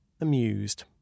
amused